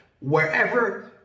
wherever